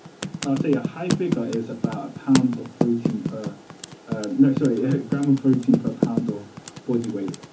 i'd say a high figure is about a pounds of protein per no, sorry a gram of protein per pound of body weight.